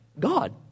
God